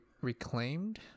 reclaimed